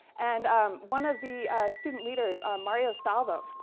and um one of the student leaders, mario savio,